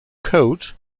code